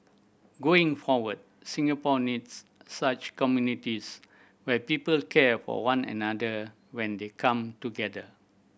going forward Singapore needs such communities where people care for one another when they come together